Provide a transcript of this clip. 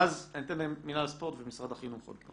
ואז אתן למינהל הספורט ומשרד החינוך עוד פעם.